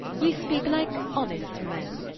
ye speake like honest men,